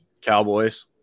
Cowboys